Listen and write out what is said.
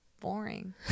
Boring